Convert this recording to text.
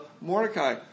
Mordecai